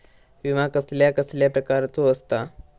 विमा कसल्या कसल्या प्रकारचो असता?